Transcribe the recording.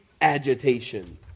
agitation